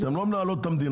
אתם לא מנהלים את המדינה,